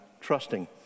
trusting